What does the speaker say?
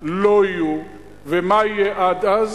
לא יהיו, ומה יהיה עד אז?